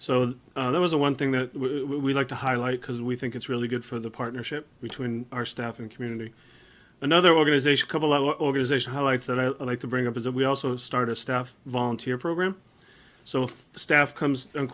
so that was the one thing that we like to highlight because we think it's really good for the partnership between our staff and community another organization couple our organization highlights that i'd like to bring up is that we also start a staff volunteer program so staff comes in